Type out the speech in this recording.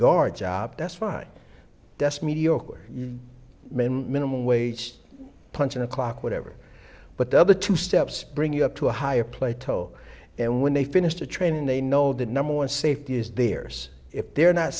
guard job that's fine just mediocre men minimum wage punching a clock whatever but the other two steps bring you up to a higher plato and when they finish the training they know that number one safety is theirs if they're not